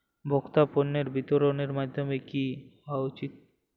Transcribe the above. ভোক্তা পণ্যের বিতরণের মাধ্যম কী হওয়া উচিৎ?